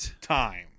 time